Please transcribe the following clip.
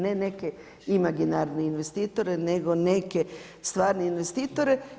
Ne neke imaginarne investitore, nego neke stvarne investitore.